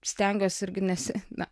stengiuosi irgi nesi na